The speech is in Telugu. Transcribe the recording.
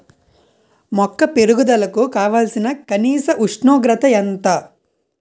మొక్క పెరుగుదలకు కావాల్సిన కనీస ఉష్ణోగ్రత ఎంత?